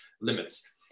limits